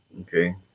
Okay